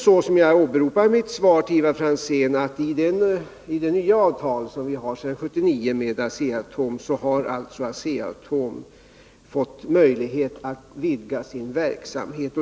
Som jag sade i mitt svar till Ivar Franzén är det ju också så, att enligt det nya avtal som vi 1979 tecknade med ASEA har Asea-Atom fått möjlighet att vidga sin verksamhet.